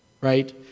right